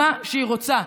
מה שהיא רוצה.